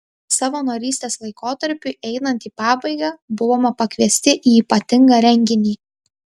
savanorystės laikotarpiui einant į pabaigą buvome pakviesti į ypatingą renginį